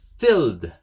filled